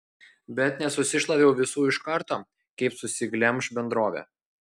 bet nesusišlaviau visų iš karto kaip susiglemš bendrovė